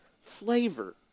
flavor